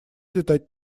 летать